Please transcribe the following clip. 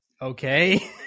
okay